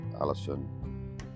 Alison